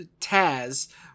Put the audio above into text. taz